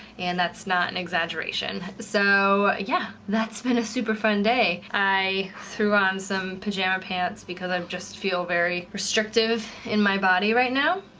and that's not and exaggeration. so yeah, that's been a super fun day. i threw on some pajama pants because i just feel very restrictive in my body right now,